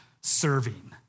serving